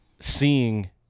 seeing